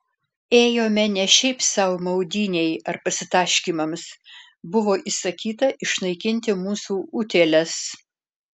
ėjome ne šiaip sau maudynei ar pasitaškymams buvo įsakyta išnaikinti mūsų utėles